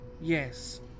yes